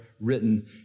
written